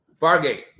Fargate